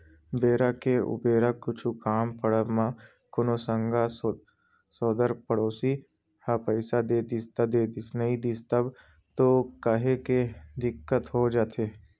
बेरा के उबेरा कुछु काम पड़ब म कोनो संगा सोदर पड़ोसी ह पइसा दे दिस त देदिस नइ दिस तब तो काहेच के दिक्कत हो जाथे